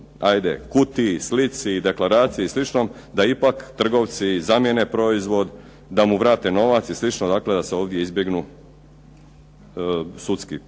hajde kutiji, slici, deklaraciji i slično, da ipak trgovci zamjene proizvod, da mu vrate novac i slično, dakle da se ovdje izbjegnu sudski postupci.